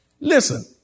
Listen